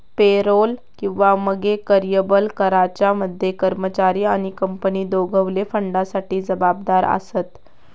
payroll किंवा मगे कर्यबल कराच्या मध्ये कर्मचारी आणि कंपनी दोघवले फंडासाठी जबाबदार आसत